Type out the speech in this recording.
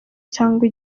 cyangwa